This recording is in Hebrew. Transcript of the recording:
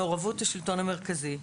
מעורבות השלטון המרכזי.